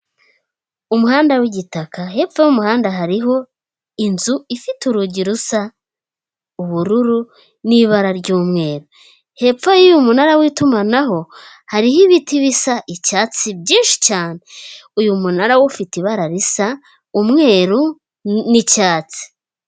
Umuhanda w'igitaka, hepfo y'umuhanda hariho inzu ifite urugi rusa ubururu n'ibara ry'umweru, hepfo y'uyu munara w'itumanaho hariho ibiti bisa icyatsi byinshi cyane, uyu munara ufite ibara risa umweru n'icyatsi.